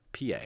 PA